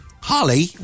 Holly